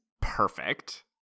perfect